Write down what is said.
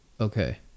Okay